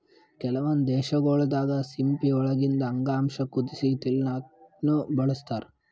ಕೆಲವೊಂದ್ ದೇಶಗೊಳ್ ದಾಗಾ ಸಿಂಪಿ ಒಳಗಿಂದ್ ಅಂಗಾಂಶ ಕುದಸಿ ತಿಲ್ಲಾಕ್ನು ಬಳಸ್ತಾರ್